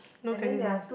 no tennis balls